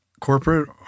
corporate